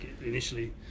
initially